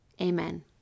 amen